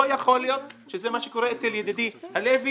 לא יכול להיות שזה מה שקורה אצל ידידי הלוי